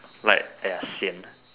like !aiya! sian